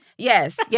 Yes